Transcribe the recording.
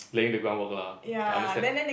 laying the ground work lah I understand